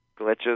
glitches